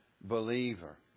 believer